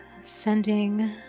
sending